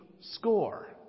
score